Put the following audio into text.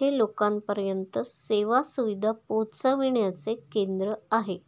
हे लोकांपर्यंत सेवा सुविधा पोहचविण्याचे केंद्र आहे